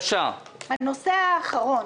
הנושא האחרון,